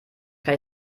kann